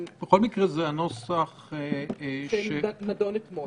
בכל מקרה, זה הנוסח שנדון אתמול.